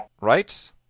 Right